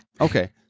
Okay